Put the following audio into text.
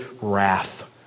wrath